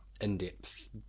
in-depth